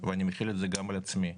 ואני מחיל את זה גם על עצמי.